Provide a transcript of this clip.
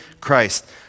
Christ